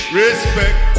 respect